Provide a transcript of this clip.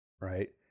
right